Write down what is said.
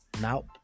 Now